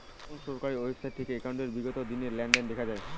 কোন সরকারি ওয়েবসাইট থেকে একাউন্টের বিগত দিনের লেনদেন দেখা যায়?